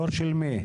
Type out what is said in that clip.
יו"ר של מי?